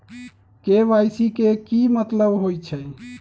KYC के कि मतलब होइछइ?